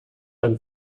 own